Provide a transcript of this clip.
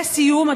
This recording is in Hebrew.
לסיום,